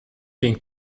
thing